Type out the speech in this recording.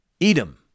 Edom